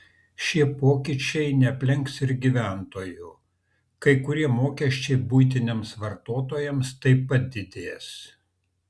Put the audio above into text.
šie pokyčiai neaplenks ir gyventojų kai kurie mokesčiai buitiniams vartotojams taip pat didės